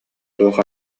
туох